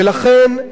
ולכן,